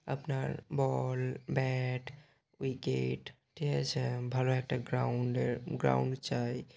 আপনার ball bat wicket ঠিক আছে ভালো একটা গ্রাউন্ডের গ্রাউন্ড চাই